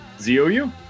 Z-O-U